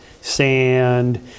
sand